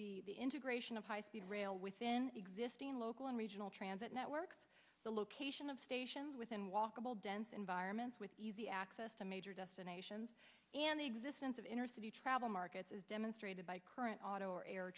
be the integration of high speed rail within existing local and regional transit networks the location of stations within walkable dense environments with easy access to major destinations and the existence of inner city travel markets as demonstrated by current auto or air